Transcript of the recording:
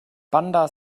bandar